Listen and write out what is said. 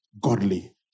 godly